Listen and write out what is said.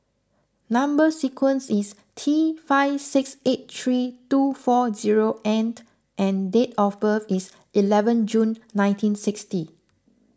Number Sequence is T five six eight three two four zero end and date of birth is eleven June nineteen sixty